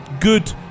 good